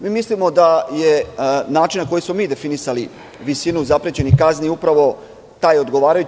Mi mislimo da je način na koji smo mi definisali visinu zaprećenih kazni upravo taj odgovarajući.